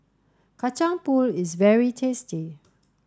Kacang Pool is very tasty